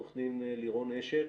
עורכת הדין לירון אשל.